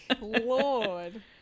Lord